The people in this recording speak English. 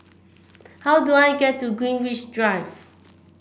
how do I get to Greenwich Drive